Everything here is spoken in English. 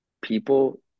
people